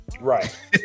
Right